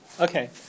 Okay